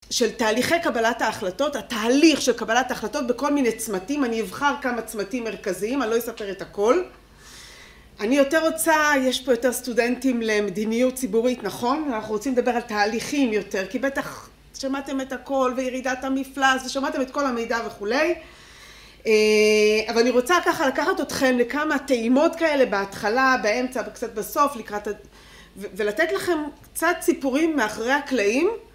של תהליכי קבלת ההחלטות, התהליך של קבלת ההחלטות בכל מיני צמתים, אני אבחר כמה צמתים מרכזיים, אני לא אספר את הכל. אני יותר רוצה, יש פה יותר סטודנטים למדיניות ציבורית, נכון? אנחנו רוצים לדבר על תהליכים יותר, כי בטח שמעתם את הכל, וירידת המפלס, ושמעתם את כל המידע וכולי. אבל אני רוצה ככה לקחת אתכם לכמה טעימות כאלה, בהתחלה, באמצע, וקצת בסוף לקראת, ולתת לכם קצת סיפורים מאחורי הקלעים.